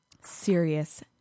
Serious